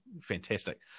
fantastic